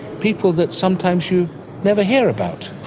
people that sometimes you never hear about,